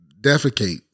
defecate